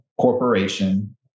corporation